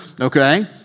okay